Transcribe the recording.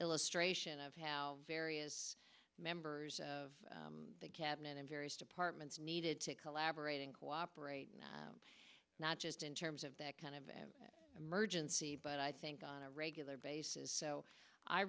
illustration of how various members of the cabinet and various departments needed to collaborate and cooperate not just in terms of that kind of an emergency but i think on a regular basis so i